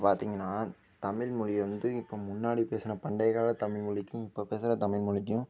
இப்போ பார்த்திங்கனா தமிழ் மொழிய வந்து இப்போ முன்னாடி பேசின பண்டையகால தமில் மொழிக்கும் இப்போ பேசுகிற தமிழ் மொழிக்கும்